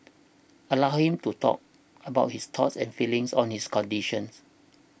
allow him to talk about his thoughts and feelings on his conditions